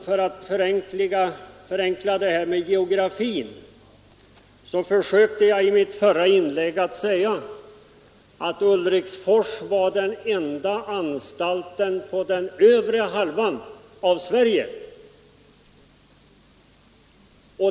För att förenkla detta med geografin sade jag i mitt förra inlägg att Ulriksfors var den enda anstalten i den övre halvan av Sverige.